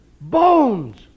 Bones